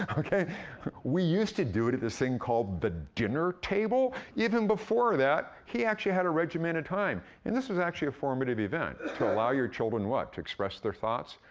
ah we used to do it at this thing called the dinner table. even before that, he actually had a regimented time, and this was actually a formative event, to allow your children what? to express their thoughts,